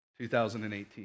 2018